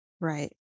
Right